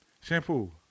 Shampoo